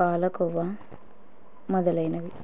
పాలకవా మొదలైనవి